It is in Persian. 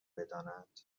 بداند